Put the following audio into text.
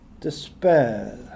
despair